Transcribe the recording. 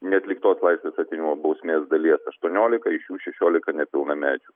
neatliktos laisvės atėmimo bausmės dalies aštuoniolika iš jų šešiolika nepilnamečius